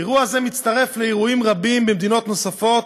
אירוע זה מצטרף לאירועים רבים במדינות נוספות